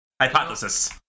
Hypothesis